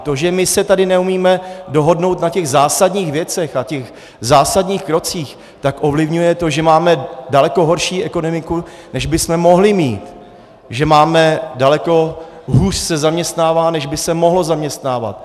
To, že my se tady neumíme dohodnout na těch zásadních věcech a těch zásadních krocích, tak ovlivňuje to, že máme daleko horší ekonomiku, než bychom mohli mít, že se daleko hůř zaměstnává, než by se mohlo zaměstnávat, atd. atd.